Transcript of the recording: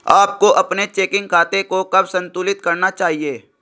आपको अपने चेकिंग खाते को कब संतुलित करना चाहिए?